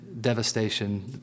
devastation